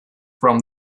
from